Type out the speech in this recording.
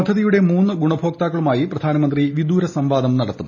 പദ്ധതിയുടെ മൂന്ന് ഗുണഭോക്താക്കളുമായി പ്രധാനമന്ത്രി വിദൂര സംവാദം നടത്തും